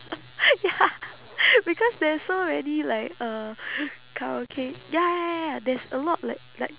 ya because there's so many like uh karaoke ya ya ya ya ya there's a lot like like